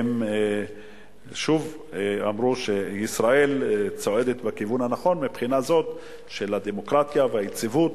הם שוב אמרו שישראל צועדת בכיוון הנכון מהבחינה של הדמוקרטיה והיציבות,